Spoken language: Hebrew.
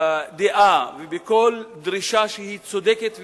דעה ובכל דרישה צודקת והגיונית,